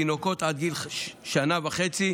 שיש להן תינוקות עד גיל שנה וחצי.